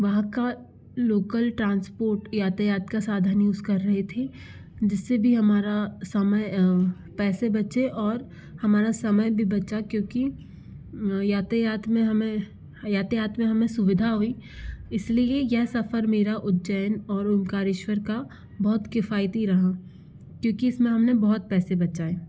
वहाँ का local transport यातायात का साधन यूज़ कर रहे थे जिस से भी हमारा समय पैसे बचे और हमारा समय भी बचा क्योंकि यातायात में हमें यातायात में हमें सुविधा हुई इस लिए यह सफ़र मेरा उज्जैन और ओंकालेश्वर का बहुत किफ़ाइती रहा क्योंकि इस में हम ने बहुत पैसे बचाए